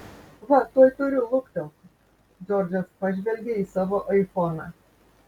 va tuoj turiu luktelk džordžas pažvelgė į savo aifoną